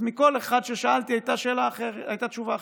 אז לכל אחד ששאלתי הייתה תשובה אחרת.